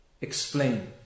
explain